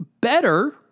better